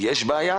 יש בעיה,